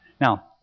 Now